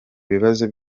bibazo